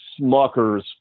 smuckers